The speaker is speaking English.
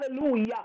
hallelujah